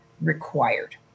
required